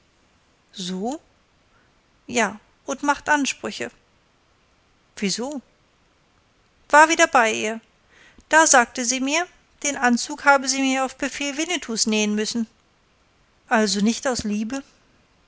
so ja und macht ansprüche wieso war wieder bei ihr da sagte sie mir den anzug habe sie mir auf befehl winnetous nähen müssen also nicht aus liebe